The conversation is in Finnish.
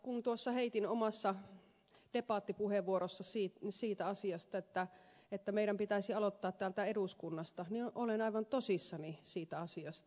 kun heitin tuossa omassa pipatti puhevuorossa si sii taas debattipuheenvuorossani että meidän pitäisi aloittaa täältä eduskunnasta niin olen aivan tosissani siitä asiasta